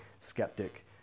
skeptic